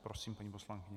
Prosím, paní poslankyně.